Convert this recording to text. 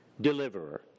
deliverer